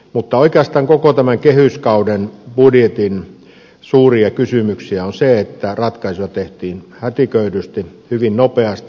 mutta oikeastaan koko tämän kehyskauden budjetin suuria kysymyksiä on se että ratkaisuja tehtiin hätiköidysti hyvin nopeasti